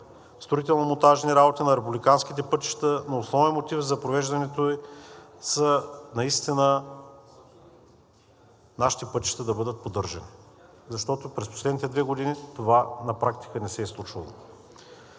строително-монтажни работи на републиканските пътища, основен мотив за провеждането ѝ е наистина нашите пътища да бъдат поддържани, защото през последните две години това на практика не се е случвало.